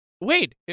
Wait